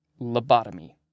Lobotomy